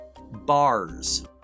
bars